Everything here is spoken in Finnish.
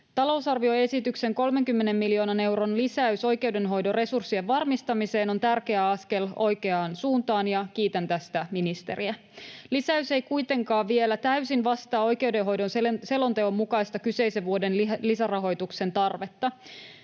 Talousarvioesityksen 30 miljoonan euron lisäys oikeudenhoidon resurssien varmistamiseen on tärkeä askel oikeaan suuntaan, ja kiitän tästä ministeriä. Lisäys ei kuitenkaan vielä täysin vastaa oikeudenhoidon selonteon mukaista kyseisen vuoden lisärahoituksen tarvetta,